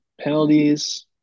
penalties